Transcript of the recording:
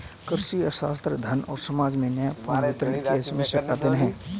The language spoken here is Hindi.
कृषि अर्थशास्त्र, धन को समाज में न्यायपूर्ण वितरण करने की समस्याओं का अध्ययन है